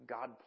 God